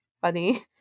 funny